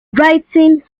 writing